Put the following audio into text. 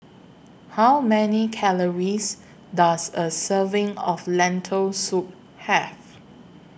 How Many Calories Does A Serving of Lentil Soup Have